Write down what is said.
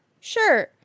Sure